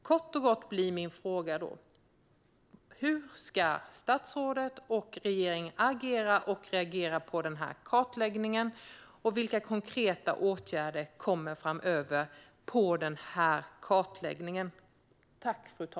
Kort och gott blir min fråga: Hur ska statsrådet och regeringen agera och reagera på kartläggningen, och vilka konkreta åtgärder kommer framöver med anledning av denna?